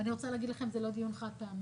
ואני רוצה להגיד לכם, זה לא דיון חד-פעמי.